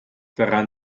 daran